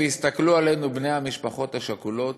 ויסתכלו עלינו בני המשפחות השכולות,